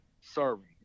serving